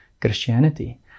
Christianity